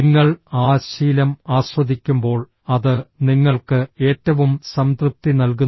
നിങ്ങൾ ആ ശീലം ആസ്വദിക്കുമ്പോൾ അത് നിങ്ങൾക്ക് ഏറ്റവും സംതൃപ്തി നൽകുന്നു